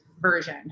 version